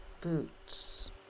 boots